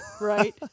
Right